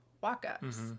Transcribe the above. walk-ups